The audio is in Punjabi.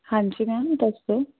ਹਾਂਜੀ ਮੈਮ ਦੱਸੋ